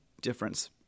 difference